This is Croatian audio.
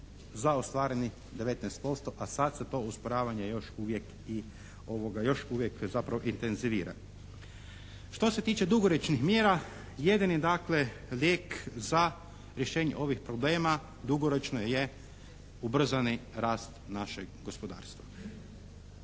za ostvarenih 19%, a sad se to usporavanje još uvijek zapravo intenzivira. Što se tiče dugoročnih mjera, jedini dakle lijek za rješenje ovih problema dugoročno je ubrzani rast našeg gospodarstva.